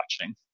watching